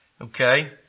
Okay